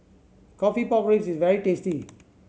coffee pork ribs is very tasty